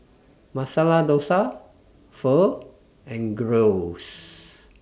Masala Dosa Pho and Gyros